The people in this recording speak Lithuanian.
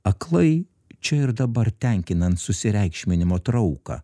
aklai čia ir dabar tenkinan susireikšminimo trauką